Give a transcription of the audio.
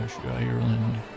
Ireland